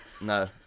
no